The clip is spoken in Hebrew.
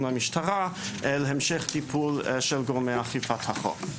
למשטרה להמשך טיפול של גורמי אכיפת החוק.